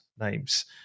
names